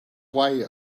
way